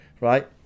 right